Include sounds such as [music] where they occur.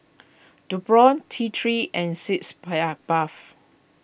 Nepro T three and Sitz [unintelligible] Bath